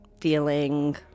feeling